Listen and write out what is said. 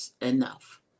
enough